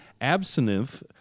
absinthe